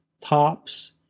tops